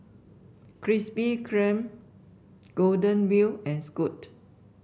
Krispy Kreme Golden Wheel and Scoot